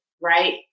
Right